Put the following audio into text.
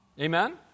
Amen